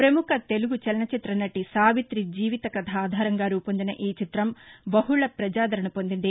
ప్రముఖ తెలుగు చలనచిత్ర నటి సావితి జీవిత కథ ఆధారంగా రూపొందిన ఈ చిత్రం బహుళ ప్రజాదరణ పొందింది